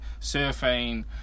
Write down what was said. surfing